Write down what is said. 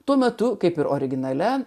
tuo metu kaip ir originalia